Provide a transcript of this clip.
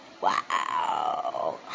Wow